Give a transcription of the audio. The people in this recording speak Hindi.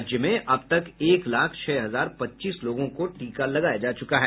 राज्य में अबतक एक लाख छह हजार पच्चीस लोगों को टीका लगाया जा चुका है